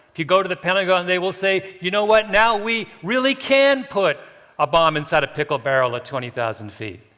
if you go to the pentagon, they will say, you know what, now we really can put a bomb inside a pickle barrel at twenty thousand ft.